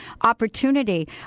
opportunity